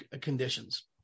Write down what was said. conditions